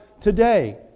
today